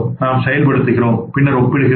நாம் செயல்படுத்துகிறோம் பின்னர் ஒப்பிடுகிறோம்